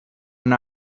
and